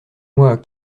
moi